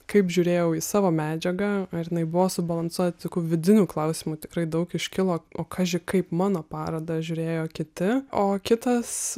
kaip žiūrėjau į savo medžiagą ar jinai buvo subalansuota tokių vidinių klausimų tikrai daug iškilo o kaži kaip mano parodą žiūrėjo kiti o kitas